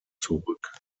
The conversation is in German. zurück